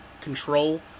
Control